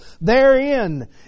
therein